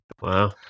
Wow